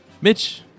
Mitch